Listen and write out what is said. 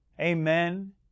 Amen